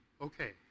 Okay